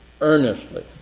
earnestly